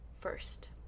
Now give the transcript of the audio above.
first